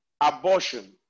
abortion